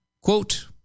quote